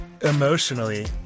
Emotionally